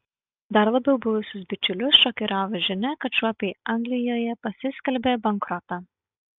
dar labiau buvusius bičiulius šokiravo žinia kad šuopiai anglijoje pasiskelbė bankrotą